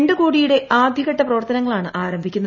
രണ്ട് കോടിയുടെ ആദ്യഘട്ട പ്രവർത്തനങ്ങളാണ് ആരംഭിക്കുന്നത്